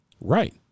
Right